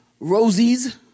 rosies